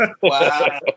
Wow